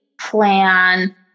plan